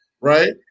right